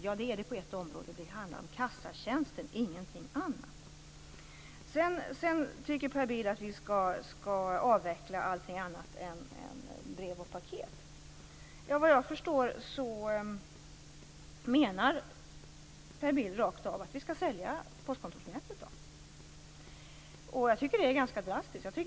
Ja, den är det på ett område. Det handlar om kassatjänsten, ingenting annat. Sedan tycker Per Bill att vi skall avveckla allting utom brev och paket. Vad jag förstår menar han rakt av att vi skall sälja postkontorsnätet. Jag tycker att det är ganska drastiskt.